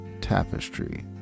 tapestry